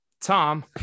Tom